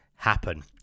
happen